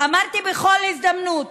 אמרתי בכל הזדמנות,